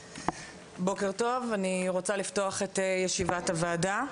בוקר טוב, אני רוצה לפתוח את ישיבת הוועדה,